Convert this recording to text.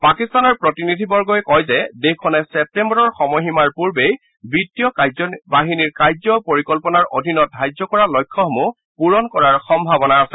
পাকিস্তানৰ প্ৰতিনিধিবৰ্গই কয় যে দেশখনে ছেপ্তেম্বৰৰ সময়সীমাৰ পূৰ্বেই বিত্তীয় কাৰ্য্যবাহিনীৰ কাৰ্য্য পৰিকল্পনাৰ অধীনত ধাৰ্য কৰা লক্ষ্যসমূহ পূৰণ কৰাৰ সম্ভাৱনা আছে